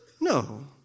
No